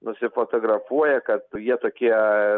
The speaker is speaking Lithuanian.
nusifotografuoja kad jie tokie